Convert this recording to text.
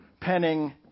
penning